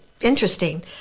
interesting